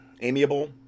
amiable